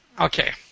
Okay